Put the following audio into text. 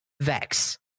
vex